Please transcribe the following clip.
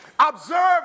Observe